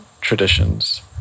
traditions